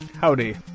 Howdy